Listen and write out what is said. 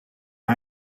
het